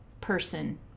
person